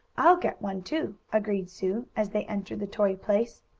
i'll get one, too, agreed sue, as they entered the toy place.